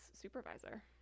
supervisor